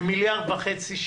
ב-1.5 מיליארד שקלים